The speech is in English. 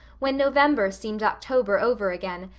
when november seemed october over again,